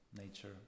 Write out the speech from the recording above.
nature